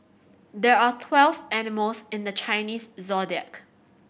there are twelve animals in the Chinese Zodiac